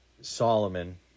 Solomon